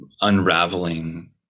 unraveling